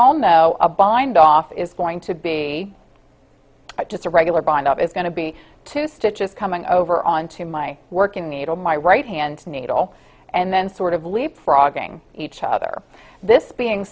all know a bindoff is going to be just a regular bind up is going to be two stitches coming over onto my working needle my right hand needle and then sort of leapfrogging each other this being